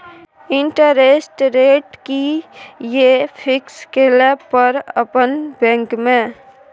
Interest rate कि ये fix केला पर अपन बैंक में?